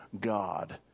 God